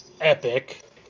epic